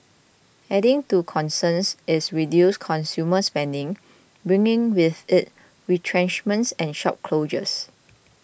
adding to concerns is reduced consumer spending bringing with it retrenchments and shop closures